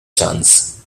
chance